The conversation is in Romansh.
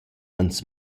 ans